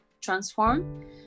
transform